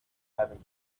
having